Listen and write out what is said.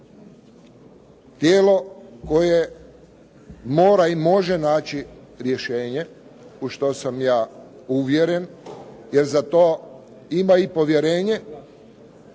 Tijelo koje mora i može naći rješenje u što sam ja uvjeren jer za to ima i povjerenje